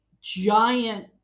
giant